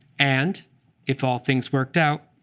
and if all things worked out,